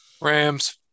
Rams